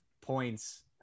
points